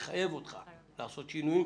הוא מחייב אותך לעשות שינויים,